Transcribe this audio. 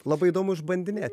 labai įdomu išbandinėt